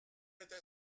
êtes